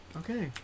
okay